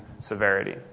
severity